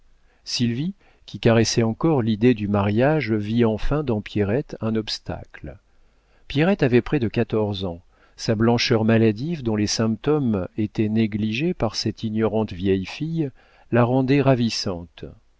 sylvie qui caressait encore l'idée du mariage vit enfin dans pierrette un obstacle pierrette avait près de quatorze ans sa blancheur maladive dont les symptômes étaient négligés par cette ignorante vieille fille la rendait ravissante